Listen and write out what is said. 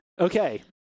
Okay